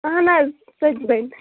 اہن حظ سُتہِ بَنہِ